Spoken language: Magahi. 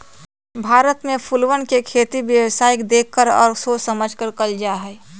भारत में फूलवन के खेती व्यावसायिक देख कर और सोच समझकर कइल जाहई